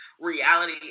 reality